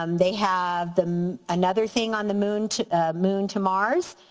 um they have another thing on the moon to moon to mars.